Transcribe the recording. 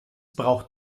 braucht